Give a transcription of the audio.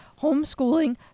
homeschooling